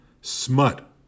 Smut